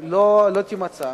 לא תימצא.